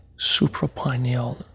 suprapineal